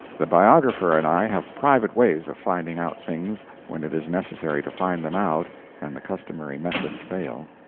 the biographer and i have private ways of finding out things when it is necessary to find them out and the customary methods fail.